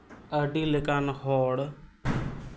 ᱟᱹᱰᱤ ᱞᱮᱠᱟᱱ ᱦᱚᱲ